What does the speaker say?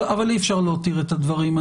אבל אי אפשר להותיר את הדברים,